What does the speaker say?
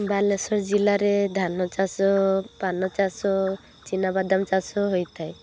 ବାଲେଶ୍ୱର ଜିଲ୍ଲାରେ ଧାନ ଚାଷ ପାନ ଚାଷ ଚିନାବାଦାମ୍ ଚାଷ ହୋଇଥାଏ